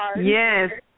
Yes